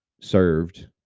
served